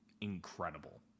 incredible